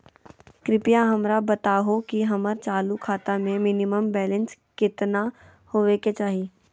कृपया हमरा बताहो कि हमर चालू खाता मे मिनिमम बैलेंस केतना होबे के चाही